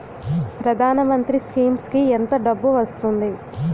ప్రధాన మంత్రి స్కీమ్స్ కీ ఎంత డబ్బు వస్తుంది?